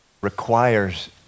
requires